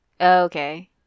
okay